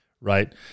right